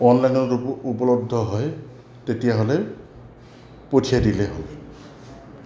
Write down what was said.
অনলাইনত উপলব্ধ হয় তেতিয়াহ'লে পঠিয়াই দিলে হ'ব